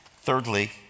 Thirdly